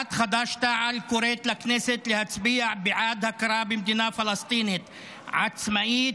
סיעת חד"ש-תע"ל קוראת לכנסת להצביע בעד הכרה במדינה פלסטינית עצמאית,